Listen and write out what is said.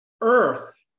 earth